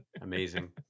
amazing